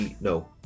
no